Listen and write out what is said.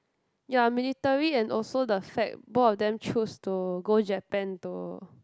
ya military and also the fact both of them choose to go Japan to